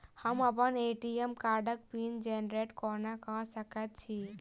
हम अप्पन ए.टी.एम कार्डक पिन जेनरेट कोना कऽ सकैत छी?